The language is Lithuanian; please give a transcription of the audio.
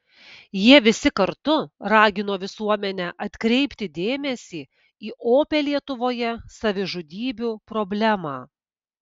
jie visi kartu ragino visuomenę atkreipti dėmesį į opią lietuvoje savižudybių problemą